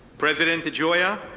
president degioia,